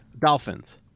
dolphins